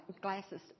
glasses